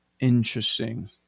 interesting